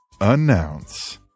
Announce